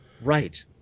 Right